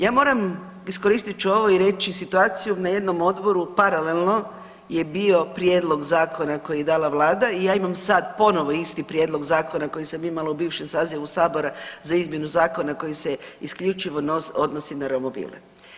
Ja moram, iskoristit ću ovo i reći situaciju na jednom odboru paralelno je bio prijedlog zakona koji je dala vlada i ja imam sad ponovno isti prijedlog zakona koji sam imala u bivšem sazivu sabora za izmjenu zakona koji se isključivo odnosi na romobile.